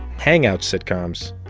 hang-out sitcoms,